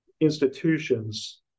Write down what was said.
institutions